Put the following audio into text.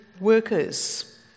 workers